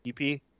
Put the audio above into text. EP